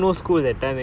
eh no